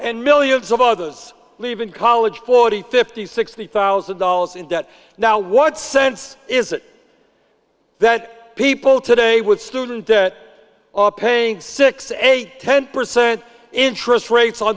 and millions of others leaving college forty fifty sixty thousand dollars in debt now what sense is it that people today with student debt are paying six eight ten percent interest rates